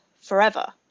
forever